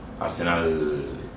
Arsenal